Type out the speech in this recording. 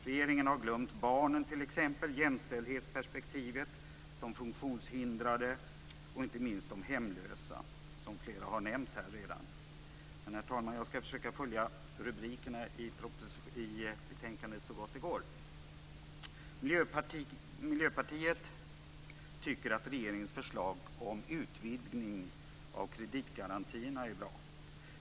Regeringen har t.ex. glömt barnen, jämställdhetsperspektivet, de funktionshindrade och inte minst de hemlösa, som flera har nämnt här redan. Herr talman! Jag skall försöka att följa rubrikerna i betänkandet så gott det går. Miljöpartiet tycker att regeringens förslag om utvidgning av kreditgarantierna är bra.